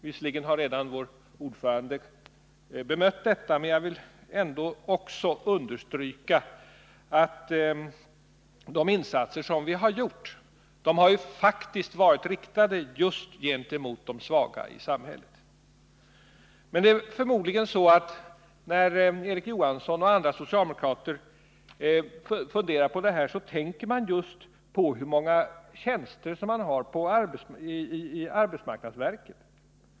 — Visserligen har redan vår ordförande bemött detta, men jag vill ändå också understryka att de insatser vi har gjort faktiskt har varit riktade just gentemot de svaga i samhället. Men det är förmodligen så att Erik Johansson och andra socialdemokrater, när de funderar på det här, tänker just på hur många tjänster som finns i arbetsmarknadsverket.